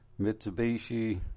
Mitsubishi